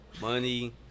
money